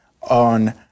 on